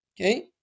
Okay